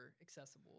accessible